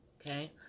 Okay